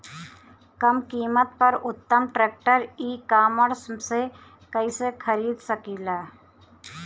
कम कीमत पर उत्तम ट्रैक्टर ई कॉमर्स से कइसे खरीद सकिले?